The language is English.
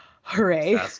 Hooray